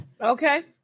Okay